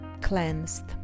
cleansed